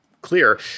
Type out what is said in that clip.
clear